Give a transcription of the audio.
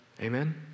Amen